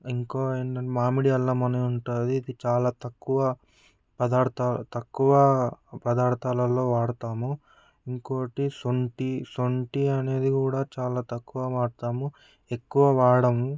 ఇంకో మామిడి అల్లం అని ఉంటుంది ఇది చాలా తక్కువ చాలా పదార్థాల తక్కువ పదార్థాలలో వాడుతాము ఇంకోకటి సొంటి సొంటి అనేది కూడా చాలా తక్కువ వాడుతాము ఎక్కువ వాడము